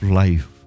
life